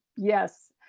yes.